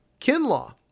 Kinlaw